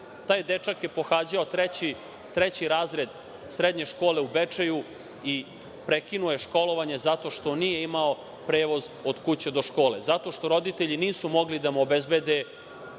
Taj dečak je pohađao treći razred srednje škole u Bečeju i prekinuo je školovanje zato što nije imao prevoz od kuće do škole, zato što roditelji nisu mogli da mu obezbede